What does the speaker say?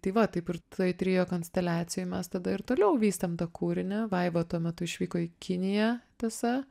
tai va taip ir tai trio konsteliacijoj mes tada ir toliau vykstam tą kūrinį vaiva tuo metu išvyko į kiniją tiesa